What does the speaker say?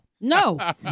No